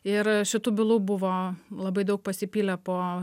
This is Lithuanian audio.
ir šitų bylų buvo labai daug pasipylė po